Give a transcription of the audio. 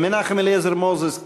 מנחם אליעזר מוזס,